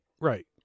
Right